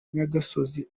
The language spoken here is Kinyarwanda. nyagisozi